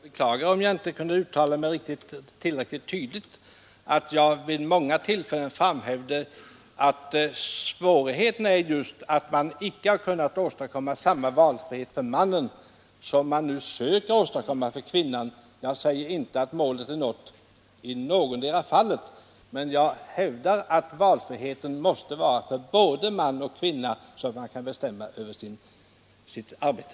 Herr talman! Jag beklagar om jag inte kunde uttala mig tillräckligt tydligt när jag vid många tillfällen framhävde att svårigheterna just är att man inte har kunnat åstadkomma samma valfrihet för mannen som man nu söker åstadkomma för kvinnan. Jag säger inte att målet är nått i någotdera fallet, men jag hävdar att valfriheten måste finnas för både man och kvinna, så att de kan bestämma över sitt arbete.